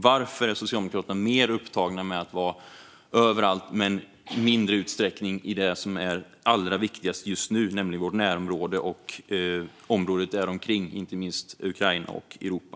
Varför är Socialdemokraterna upptagna med att vara överallt men i mindre utsträckning i det som är allra viktigast just nu, nämligen vårt närområde och området däromkring, inte minst Ukraina och Europa?